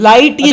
Light